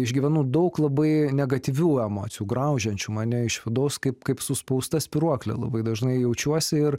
išgyvenu daug labai negatyvių emocijų graužiančių mane iš vidaus kaip kaip suspausta spyruoklė labai dažnai jaučiuosi ir